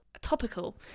topical